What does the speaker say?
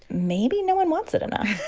maybe no one wants it enough